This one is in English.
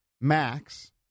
Max